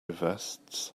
vests